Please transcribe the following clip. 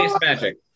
magic